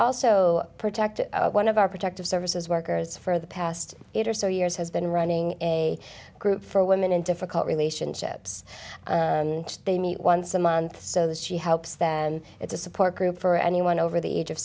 also protect one of our protective services workers for the past eight or so years has been running a group for women in difficult relationships and they meet once a month so that she helps them it's a support group for anyone over the age of